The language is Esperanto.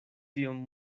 tiom